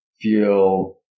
feel